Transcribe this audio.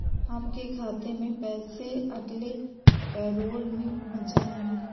आपके खाते में पैसे अगले पैरोल में पहुँच जाएंगे